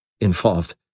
involved